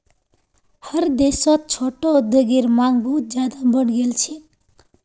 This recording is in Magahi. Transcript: हर देशत छोटो उद्योगेर मांग बहुत ज्यादा बढ़ गेल छेक